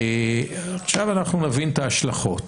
עכשיו אנחנו נבין את ההשלכות,